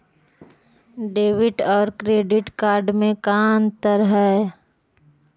Debit और credit card में का अंतर है?